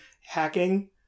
hacking